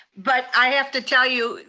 but i have to tell you,